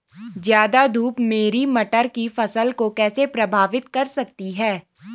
ज़्यादा धूप मेरी मटर की फसल को कैसे प्रभावित कर सकती है?